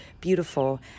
beautiful